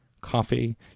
coffee